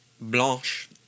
Blanche